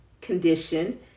condition